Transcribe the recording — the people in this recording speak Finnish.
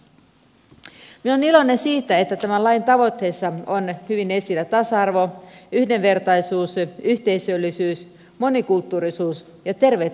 minä olen iloinen siitä että tämän lain tavoitteissa on hyvin esillä tasa arvo yhdenvertaisuus yhteisöllisyys monikulttuurisuus ja terveet elämäntavat